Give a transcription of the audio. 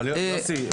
יוסי,